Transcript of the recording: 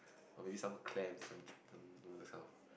or maybe some clams some chicken broth this kind of